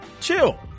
chill